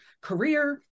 career